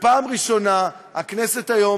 פעם ראשונה הכנסת היום,